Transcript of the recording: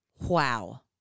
Wow